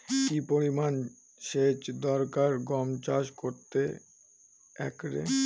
কি পরিমান সেচ দরকার গম চাষ করতে একরে?